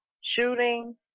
shooting